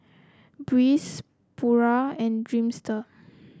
Breeze Pura and Dreamster